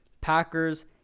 Packers